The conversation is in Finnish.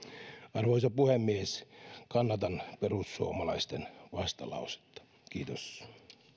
arvoisa puhemies kannatan perussuomalaisten vastalausetta kiitos